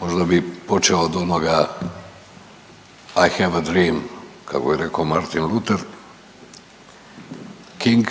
Možda bi počeo od onoga „I Have a Dream“ kako je rekao Martin Luther King,